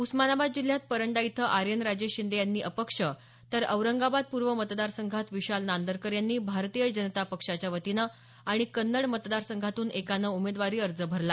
उस्मानाबाद जिल्ह्यात परंडा इथं आर्यन राजे शिंदे यांनी अपक्ष तर औरंगाबाद पूर्व मतदारसंघात विशाल नांदरकर यांनी भारतीय जनता पक्षाच्यावतीनं आणि कन्नड मतदारसंघातून एकानं उमेदवारी अर्ज भरला